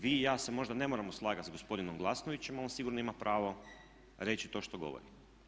Vi i ja se možda ne moramo slagati s gospodinom Glasnovićem, ali on sigurno ima pravo reći to što govori.